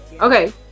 Okay